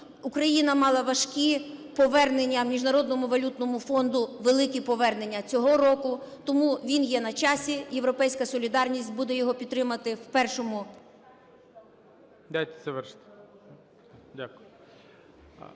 Україна мала важкі повернення Міжнародному валютному фонду, великі повернення цього року, тому він є на часі. "Європейська солідарність" буде його підтримувати в першому…